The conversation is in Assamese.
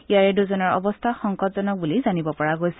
ইয়াৰে দুজনৰ অৱস্থা সংকটজনক বুলি জানিব পৰা গৈছে